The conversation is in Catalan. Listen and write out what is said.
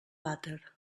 vàter